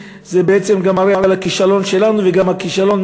בעצם גם מראה על הכישלון שלנו וגם על הכישלון,